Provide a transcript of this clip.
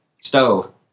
stove